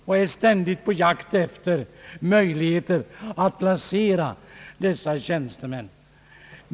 Man är ständigt på jakt efter möjligheter att placera dessa tjänstemän.